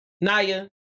Naya